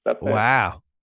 Wow